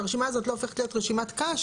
שהרשימה הזאת לא הופכת להיות רשימת קש